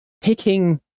picking